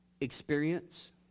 Experience